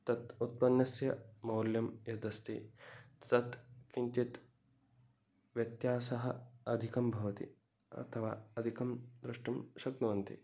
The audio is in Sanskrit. तत् उत्पन्नस्य मौल्यं यद् अस्ति तत् किञ्चित् व्यत्यासः अधिकं भवति अथवा अधिकं द्रष्टुं शक्नुवन्ति